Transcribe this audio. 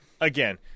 Again